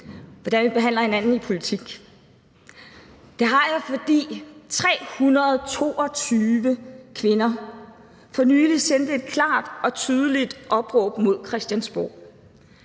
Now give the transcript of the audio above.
hvordan vi behandler hinanden i politik. Det har jeg, fordi 322 kvinder for nylig sendte et klart og tydeligt opråb mod Christiansborg.